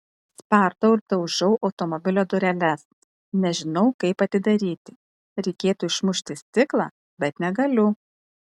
spardau ir daužau automobilio dureles nežinau kaip atidaryti reikėtų išmušti stiklą bet negaliu